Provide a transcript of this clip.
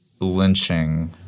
Lynching